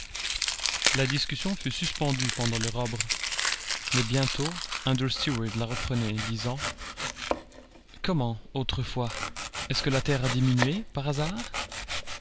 la discussion fut suspendue pendant le robre mais bientôt andrew stuart la reprenait disant comment autrefois est-ce que la terre a diminué par hasard